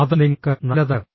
അത് നിങ്ങൾക്ക് നല്ലതല്ല